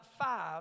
five